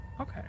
Okay